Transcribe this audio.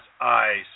eyes